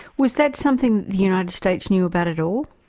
was that something the united states knew about at all?